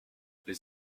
les